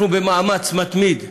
אנחנו במאמץ מתמיד להגדיל,